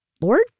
Lord